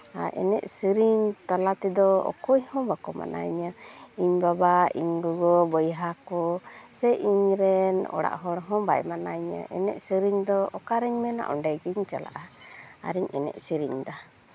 ᱟᱨ ᱮᱱᱮᱡ ᱥᱮᱨᱮᱧ ᱛᱟᱞᱟ ᱛᱮᱫᱚ ᱚᱠᱚᱭ ᱦᱚᱸ ᱵᱟᱠᱚ ᱢᱟᱱᱟᱭᱤᱧᱟ ᱤᱧ ᱵᱟᱵᱟ ᱤᱧ ᱜᱚᱜᱚ ᱵᱚᱭᱦᱟ ᱠᱚ ᱥᱮ ᱤᱧᱨᱮᱱ ᱚᱲᱟᱜ ᱦᱚᱲ ᱦᱚᱸ ᱵᱟᱭ ᱢᱟᱱᱟᱧᱟ ᱮᱱᱮᱡ ᱥᱮᱨᱮᱧ ᱫᱚ ᱚᱠᱟᱨᱤᱧ ᱢᱮᱱᱟ ᱚᱸᱰᱮᱜᱤᱧ ᱪᱟᱞᱟᱜᱼᱟ ᱟᱨᱤᱧ ᱮᱱᱮᱡ ᱥᱮᱨᱮᱧᱫᱟ